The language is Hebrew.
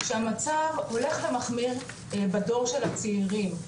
שהמצב הולך ומחמיר בדור של הצעירים,